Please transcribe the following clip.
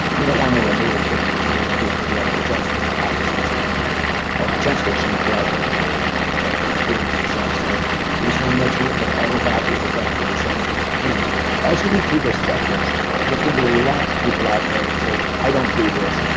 we don't want to remove equipment from one group to the others that's going to obviously change or potentially change the outcome of the of the experience itself so we just want to make sure that all of that is exactly the same and again as you read through this checklist there's going to be lots of people out there that say i don't do this.